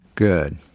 Good